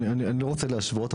אני לא רוצה להשוות,